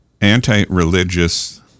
anti-religious